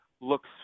looks